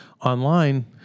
online